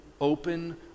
open